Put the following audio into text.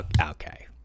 okay